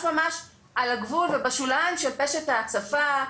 ממש על הגבול ובשוליים של פשט ההצפה.